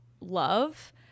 love